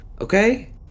Okay